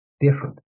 different